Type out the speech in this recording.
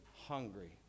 hungry